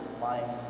life